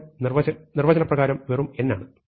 2log നിർവ്വചനപ്രകാരം വെറും n ആണ്